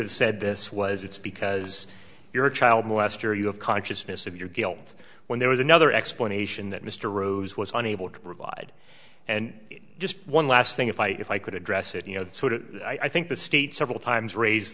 have said this was it's because you're a child molester you have consciousness of your guilt when there was another explanation that mr rose was unable to provide and just one last thing if i if i could address it you know i think the state several times raise